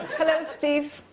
hello, steve.